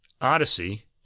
Odyssey